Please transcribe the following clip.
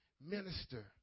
minister